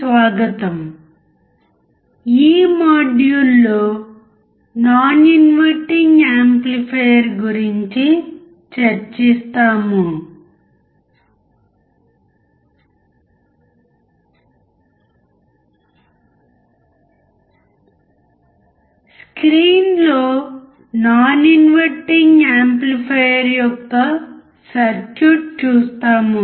స్క్రీన్లో non inverting amplifier ఒక circuit చూస్తాము